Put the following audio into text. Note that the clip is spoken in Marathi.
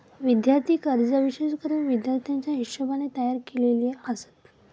विद्यार्थी कर्जे विशेष करून विद्यार्थ्याच्या हिशोबाने तयार केलेली आसत